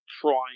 trying